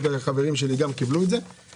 לא לעשות את זה בצורה כזו גורפת.